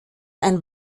ein